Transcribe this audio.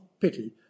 pity